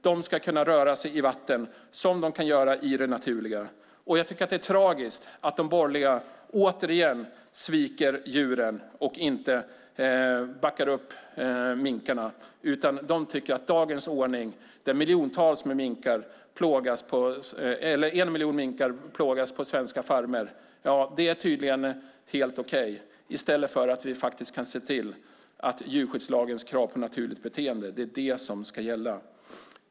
De ska kunna röra sig i vatten, som de kan göra i naturen. Jag tycker att det är tragiskt att de borgerliga återigen sviker djuren och inte backar upp minkarna. De tycker att dagens ordning, där en miljon minkar plågas på svenska farmer, tydligen är helt okej i stället för att vi faktiskt kan se till att djurskyddslagens krav på naturligt beteende är det som ska gälla.